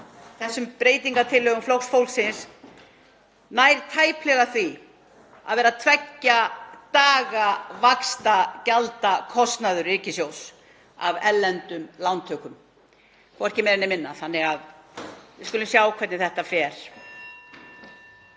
þessar breytingartillögur Flokks fólksins nær tæplega því að vera tveggja daga vaxtagjaldakostnaður ríkissjóðs af erlendum lántökum, hvorki meira né minna, þannig að við skulum sjá hvernig þetta fer.